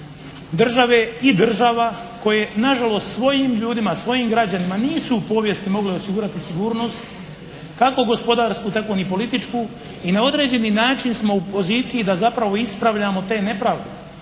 države i država koje na žalost svojim ljudima, svojim građanima nisu u povijesti mogle osigurati sigurnost kako gospodarsku tako ni političku i na određeni način smo u poziciji da zapravo ispravljamo te nepravde.